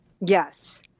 Yes